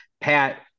Pat